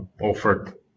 offered